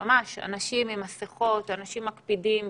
ממש, אנשים עם מסכות, אנשים מקפידים בתורים,